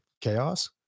chaos